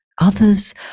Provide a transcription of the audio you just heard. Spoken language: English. Others